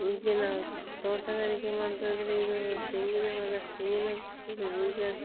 ಈಗಿನ ತೋಟಗಾರಿಕೆ ಮಾಡುವುದಾದ್ರೆ ಇದು ತೆಂಗಿನ ಮರ ತೆಂಗಿನ ಗರಿ ಈಗ